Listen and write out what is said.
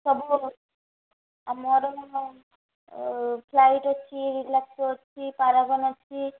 ସବୁ ମୋର ଆମର ଫ୍ଲାଇଟ୍ ଅଛି ରିଲାକ୍ସୋ ଅଛି ପାରାଗନ୍ ଅଛି